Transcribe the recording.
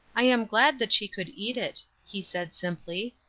i am glad that she could eat it, he said simply.